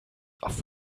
auf